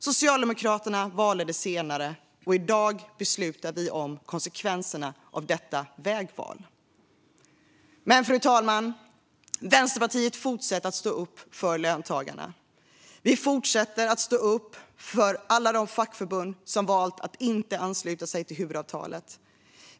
Socialdemokraterna valde det senare, och i dag beslutar vi om konsekvenserna av detta vägval. Fru talman! Vänsterpartiet fortsätter att stå upp för löntagarna. Vi fortsätter att stå upp för alla de fackförbund som valt att inte ansluta sig till huvudavtalet.